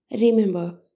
Remember